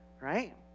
right